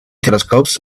telescopes